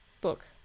book